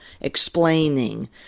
explaining